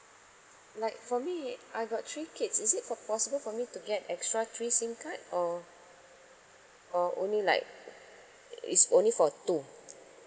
like for me I got three kids is it po~ possible for me to get extra three sim card or or only like it's only for two